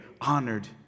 honored